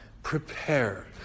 Prepare